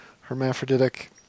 hermaphroditic